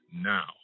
now